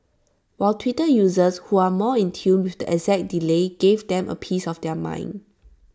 while Twitter users who are more in tune with the exact delay gave them A piece of their mind